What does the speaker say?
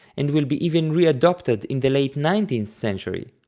and will be even readopted in the late nineteenth century.